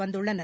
வந்துள்ளனர்